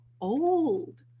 old